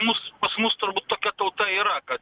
mus pas mus turbūt tokia tauta yra kad